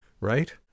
right